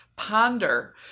ponder